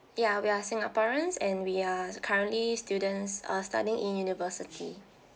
ya we are singaporeans and we are currently students uh studying in university